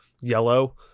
yellow